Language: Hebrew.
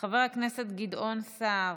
חבר הכנסת גדעון סער,